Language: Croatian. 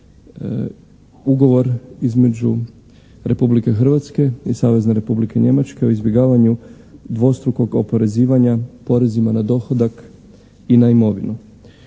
Ugovora između Republike Hrvatske i Savezne Republike Njemačke o izbjegavanju dvostrukog oporezivanja porezima na dohodak i na imovinu.